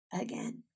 again